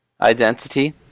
identity